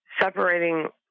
separating